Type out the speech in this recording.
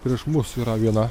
prieš mus yra viena